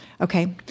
Okay